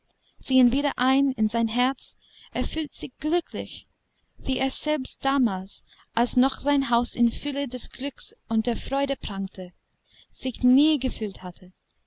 gekannt ziehen wieder ein in sein herz er fühlt sich glücklich wie er selbst damals als noch sein haus in fülle des glücks und der freude prangte sich nie gefühlt hatte